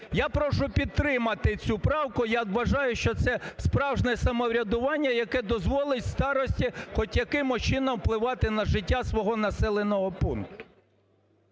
Я прошу підтримати цю правку, я вважаю, що це справжнє самоврядування, яке дозволить старості хоч якимось чином впливати на життя свого населеного пункту.